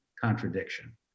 contradiction